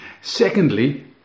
Secondly